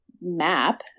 map